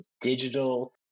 digital